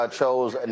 chose